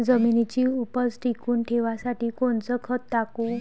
जमिनीची उपज टिकून ठेवासाठी कोनचं खत टाकू?